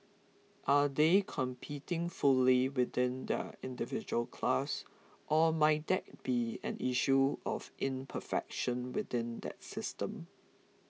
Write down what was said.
are they competing fully within their individual class or might that be an issue of imperfection within that system